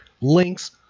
links